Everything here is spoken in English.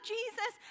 Jesus